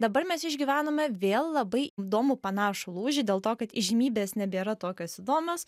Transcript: dabar mes išgyvename vėl labai įdomų panašų lūžį dėl to kad įžymybės nebėra tokios įdomios